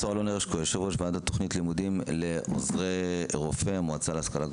יש 18 מדינות בעולם שפיתחו עוזר רופא במודל האמריקאי,